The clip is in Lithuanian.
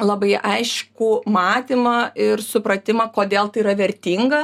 labai aiškų matymą ir supratimą kodėl tai yra vertinga